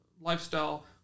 lifestyle